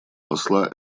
посла